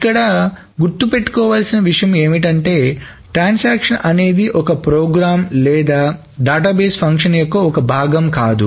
ఇక్కడ గుర్తుపెట్టు కోవలసిన విషయం ఏమిటంటే ట్రాన్సాక్షన్ అనేది ఒక ప్రోగ్రాం లేదా డేటాబేస్ ఫంక్షన్ యొక్క ఒక భాగం కాదు